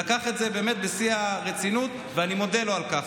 הוא לקח את זה בשיא הרצינות, ואני מודה לו על כך.